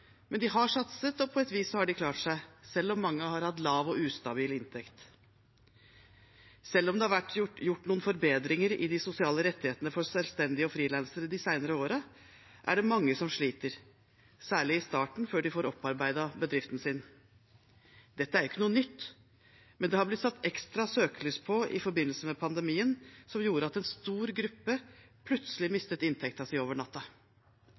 men de har satset og klart seg på et vis, selv og mange har hatt lav og ustabil inntekt. Selv om det har vært gjort noen forbedringer i de sosiale rettighetene for selvstendige og frilansere de senere årene, er det mange som sliter, særlig i starten, før de får opparbeidet bedriften sin. Dette er ikke noe nytt, men det har blitt satt ekstra søkelys på i forbindelse med pandemien, som gjorde at en stor gruppe plutselig mistet inntekten sin over natta.